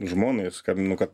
žmonai ir skambinu kad